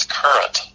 current